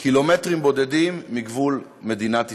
קילומטרים בודדים מגבול מדינת ישראל.